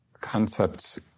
Concepts